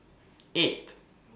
eight